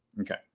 Okay